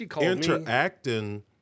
interacting